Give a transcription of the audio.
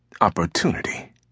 Opportunity